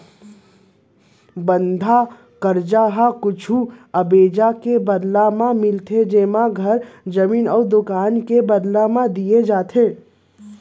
बंधक करजा ह कुछु अबेज के बदला म मिलथे जेमा घर, जमीन अउ दुकान के बदला म दिये जाथे